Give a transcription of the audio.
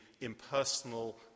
impersonal